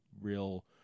real